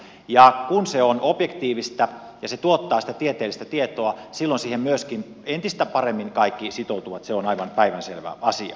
ja kun se on objektiivista ja se tuottaa sitä tieteellistä tietoa silloin siihen myöskin entistä paremmin kaikki sitoutuvat se on aivan päivänselvä asia